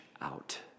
out